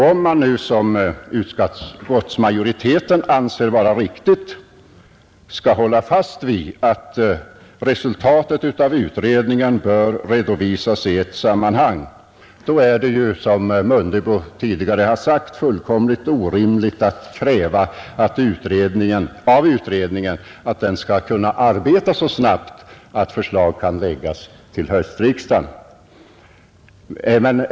Om man nu, som utskottsmajoriteten anser vara riktigt, skall hälla fast vid att resultatet av utredningen bör redovisas i ett sammanhang, är det ju, såsom herr Mundebo tidigare har sagt, fullkomligt orimligt att kräva av utredningen att den skall arbeta så snabbt att förslag kan framläggas till höstriksdagen.